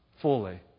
fully